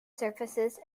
surfaces